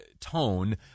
tone